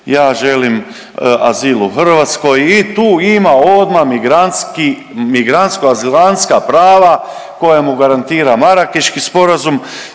ja želim azil u Hrvatskoj i tu ima odma migrantsko-azilantska prava koja mu garantira Marakeški sporazum,